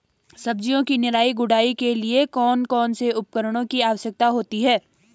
सब्जियों की निराई गुड़ाई के लिए कौन कौन से उपकरणों की आवश्यकता होती है?